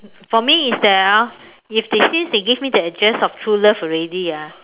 for me is that orh if they since they give me the address of true love already ah